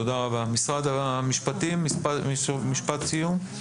משרד המשפטים, משפט סיום.